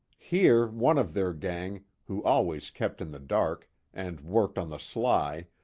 here one of their gang, who always kept in the dark, and worked on the sly,